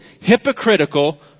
hypocritical